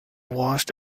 washed